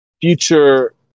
future